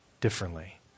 differently